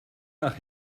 nach